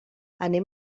anem